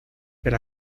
pero